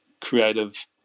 creative